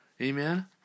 Amen